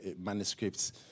Manuscripts